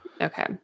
Okay